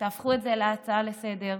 תהפכו את זה להצעה לסדר-היום,